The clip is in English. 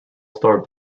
star